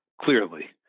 clearly